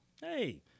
Hey